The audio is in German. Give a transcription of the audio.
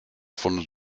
von